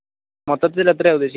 മൊത്തത്തിൽ എത്രയാണ് ഉദ്ദേശിക്കുന്നത്